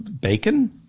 Bacon